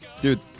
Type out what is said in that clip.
dude